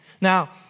Now